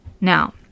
Now